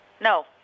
No